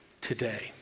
today